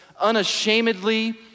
unashamedly